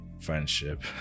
friendship